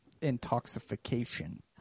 intoxication